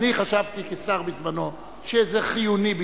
כשר בזמני חשבתי שזה חיוני,